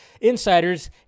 Insiders